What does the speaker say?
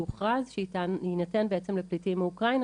שהוכרז שיינתן בעצם לפליטים לאוקראינה